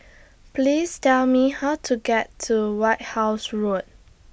Please Tell Me How to get to White House Road